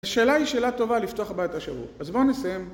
השאלה היא שאלה טובה לפתוח בה את השבוע, אז בואו נסיים